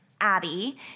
Abby